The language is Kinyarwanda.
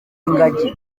ingagi